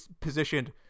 positioned